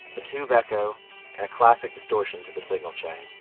a tube echo and a classic distortion to the signal chain.